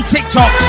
TikTok